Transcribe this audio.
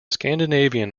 scandinavian